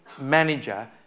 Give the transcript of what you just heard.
manager